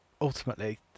ultimately